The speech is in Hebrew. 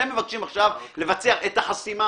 אתם מבקשים עכשיו לבצע את החסימה